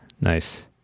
nice